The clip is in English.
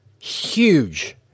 huge